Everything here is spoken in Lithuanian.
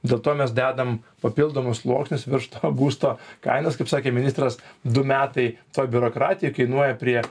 dėl to mes dedam papildomus sluoksnius virš to būsto kainos kaip sakė ministras du metai toj biurokratijoj kainuoja prie